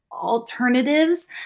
Alternatives